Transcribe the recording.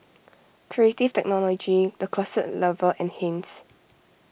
Creative Technology the Closet Lover and Heinz